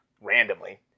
randomly